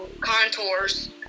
contours